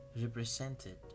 represented